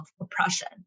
oppression